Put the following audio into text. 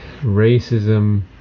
racism